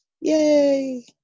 Yay